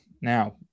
now